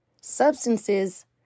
Substances